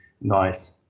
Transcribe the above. nice